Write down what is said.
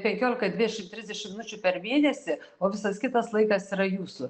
penkiolika dvidešim trisdešim minučių per mėnesį o visas kitas laikas yra jūsų